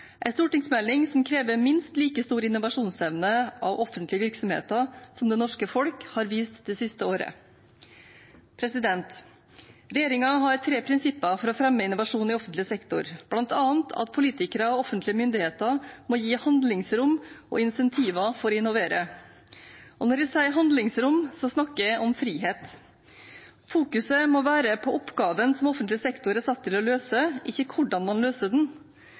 stortingsmelding som krever minst like stor innovasjonsevne av offentlige virksomheter som det norske folk har vist det siste året. Regjeringen har tre prinsipper for å fremme innovasjon i offentlig sektor, bl.a. at politikere og offentlige myndigheter må gi handlingsrom og insentiver for å innovere. Når jeg sier handlingsrom, snakker jeg om frihet. Fokuset må være på oppgaven som offentlig sektor er satt til å løse, ikke hvordan man løser den.